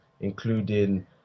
including